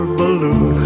balloon